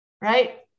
right